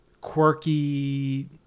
quirky